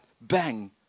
Bang